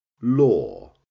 law